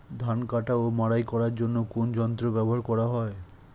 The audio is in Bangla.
ধান কাটা ও মাড়াই করার জন্য কোন যন্ত্র ব্যবহার করা হয়?